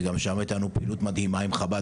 וגם שם הייתה לנו פעילות מדהימה עם חב"ד.